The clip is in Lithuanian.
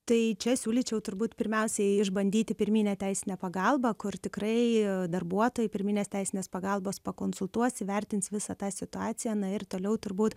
tai čia siūlyčiau turbūt pirmiausiai išbandyti pirminę teisinę pagalbą kur tikrai ėjo darbuotojai pirminės teisinės pagalbos pakonsultuos įvertins visą tą situaciją na ir toliau turbūt